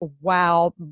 wow